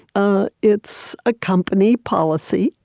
ah it's a company policy,